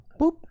Boop